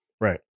Right